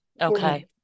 Okay